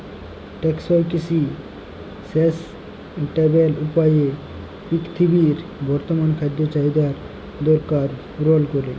টেকসই কিসি সাসট্যালেবেল উপায়ে পিরথিবীর বর্তমাল খাদ্য চাহিদার দরকার পুরল ক্যরে